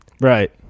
Right